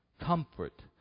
comfort